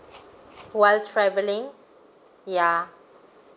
while travelling ya